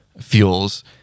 fuels